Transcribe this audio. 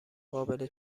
قابل